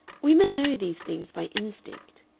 women know these things by instinct,